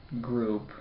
group